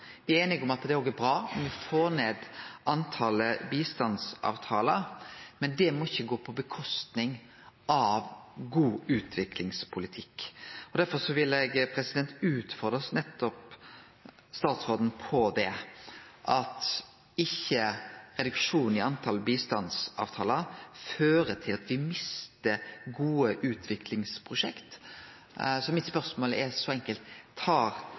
me er einige om at det òg er bra å få ned talet på bistandsavtaler. Men det må ikkje gå ut over god utviklingspolitikk. Derfor vil eg nettopp utfordre statsråden på det, at reduksjonen i talet på bistandsavtaler ikkje fører til at me mister gode utviklingsprosjekt. Så mitt spørsmål er enkelt: Tar